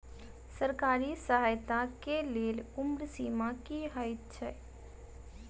सरकारी सहायता केँ लेल उम्र सीमा की हएत छई?